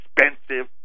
expensive